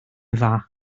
dda